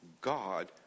God